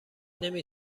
نمی